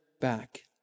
back